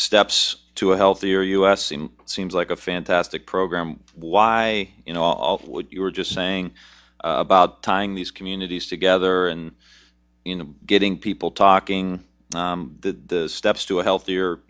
steps to a healthier u s team seems like a fantastic program why you know all what you were just saying about tying these communities together and you know getting people talking the steps to a healthier